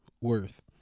worth